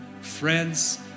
Friends